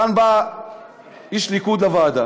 כאן בא איש ליכוד לוועדה,